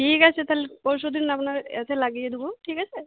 ঠিক আছে তাহলে পরশু দিন আপনার হচ্ছে লাগিয়ে দোবো ঠিক আছে